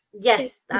Yes